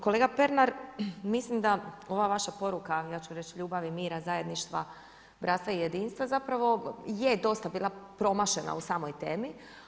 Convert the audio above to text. Kolega Pernar, mislim da ova vaša poruka ja ću reći ljubavi i mira, zajedništva, bratstva i jedinstva zapravo je dosta bila promašena u samoj temi.